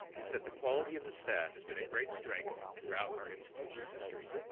it's that the quality of the staff has been a great strength throughout our institution's history.